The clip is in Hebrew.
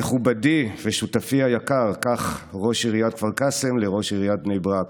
"מכובדי ושותפי היקר" כך ראש עיריית כפר קאסם לראש עיריית בני ברק,